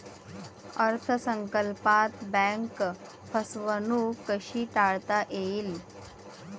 अर्थ संकल्पात बँक फसवणूक कशी टाळता येईल?